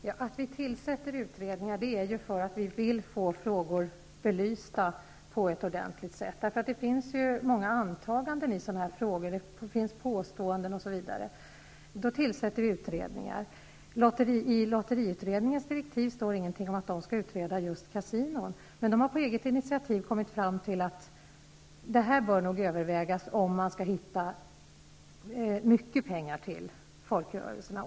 Herr talman! Vi tillsätter utredningar därför att vi vill få frågor belysta på ett ordentligt sätt. Det finns ju många antaganden i sådana här frågor, det finns påståenden, osv. Vi tillsätter därför utredningar. I lotteriutredningens direktiv står ingenting om att man skall utreda just frågan om kasinon, men man har på eget initiativ kommit fram till att detta nog bör övervägas om man vill hitta ett sätt att få in mycket pengar till folkrörelserna.